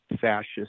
fascist